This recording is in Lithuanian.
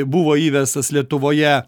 buvo įvestas lietuvoje